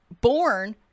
born